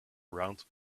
round